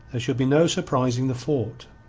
there should be no surprising the fort.